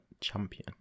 champion